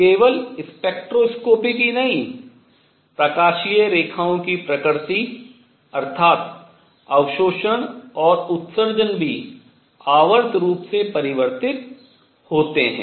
केवल स्पेक्ट्रोस्कोपिक ही नहीं प्रकाशीय रेखाओं की प्रकृति अर्थात अवशोषण और उत्सर्जन भी आवर्त रूप से परिवर्तित होतें है